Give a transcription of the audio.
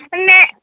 ਮੈਂ